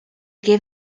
gave